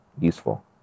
useful